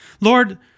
Lord